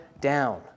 down